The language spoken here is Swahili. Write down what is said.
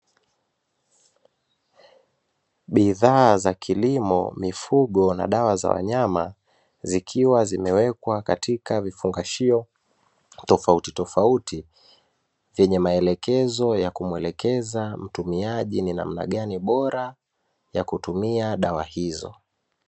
Bidhaa za kilimo ,mifugo na dawa za wanyama zikiwa zimewekwa katika vifungashio tofauti tofauti vyenye maelekezo ya kumwelekeza mtumiaji ni namna gani bora ya kutumia dawa hizo.